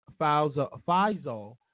Faisal